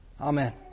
Amen